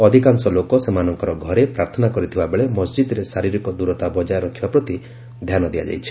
ଅଧିକାଂଶ ଲୋକ ସେମାନଙ୍କର ଘରେ ପ୍ରାର୍ଥନା କରିଥିବା ବେଳେ ମସ୍ଜିଦ୍ରେ ଶାରୀରିକ ଦୂରତା ବଜାୟ ରଖିବା ପ୍ରତି ଧ୍ୟାନ ଦିଆଯାଇଛି